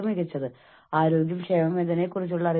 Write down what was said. അതിനാൽ നിങ്ങൾക്കറിയാമോ ഈ കാര്യങ്ങളെല്ലാം വിറ്റുവരവിനെ ബാധിക്കും